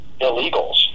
illegals